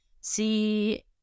see